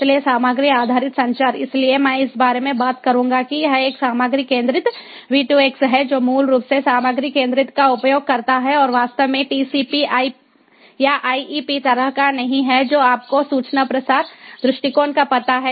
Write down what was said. इसलिए सामग्री आधारित संचार इसलिए मैं इस बारे में बात करूंगा कि यह एक सामग्री केंद्रित V2X है जो मूल रूप से सामग्री केंद्रित का उपयोग करता है और वास्तव में टीसीपी आईपी तरह का नहीं है जो आपको सूचना प्रसार दृष्टिकोण का पता है